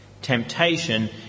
Temptation